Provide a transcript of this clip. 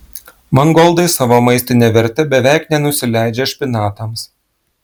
mangoldai savo maistine verte beveik nenusileidžia špinatams